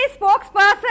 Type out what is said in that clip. spokesperson